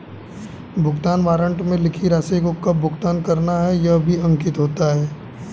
भुगतान वारन्ट में लिखी राशि को कब भुगतान करना है यह भी अंकित होता है